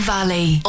Valley